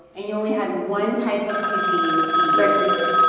and you only had one type of cuisine to eat. mexican food